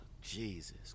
Jesus